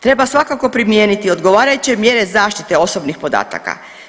Treba svakako primijeniti odgovarajuće mjere zaštite osobnih podataka.